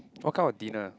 what kind of dinner